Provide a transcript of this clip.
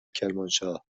کرمانشاه